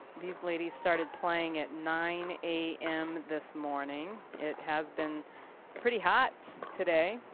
these ladies started playing at nine a m. this morning. it has been pretty hot today.